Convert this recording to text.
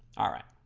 all right